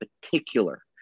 particular